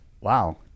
wow